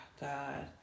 God